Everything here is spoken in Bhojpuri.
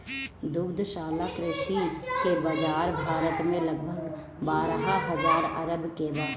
दुग्धशाला कृषि के बाजार भारत में लगभग बारह हजार अरब के बा